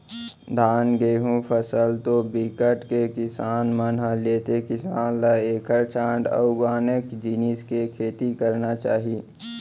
धान, गहूँ फसल तो बिकट के किसान मन ह लेथे किसान ल एखर छांड़ अउ आने जिनिस के खेती करना चाही